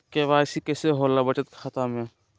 KYC कैसे होला बचत खाता में?